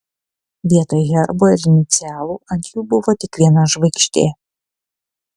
vietoj herbo ir inicialų ant jų buvo tik viena žvaigždė